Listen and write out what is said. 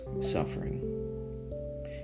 suffering